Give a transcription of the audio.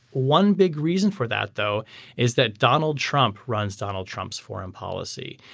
one big reason for that though is that donald trump runs donald trump's foreign policy.